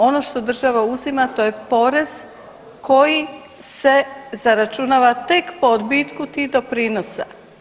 Ono što država uzima to je porez koji se zaračunava tek po odbitku tih doprinosa.